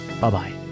bye-bye